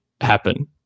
happen